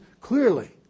clearly